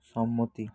সম্মতি